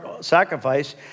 sacrifice